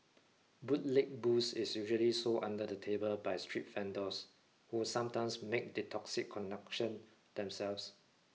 bootleg booze is usually sold under the table by street vendors who sometimes make the toxic conduction themselves